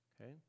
Okay